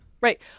Right